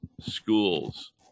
schools